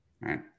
right